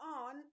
on